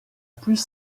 plus